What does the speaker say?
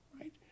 right